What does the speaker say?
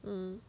mm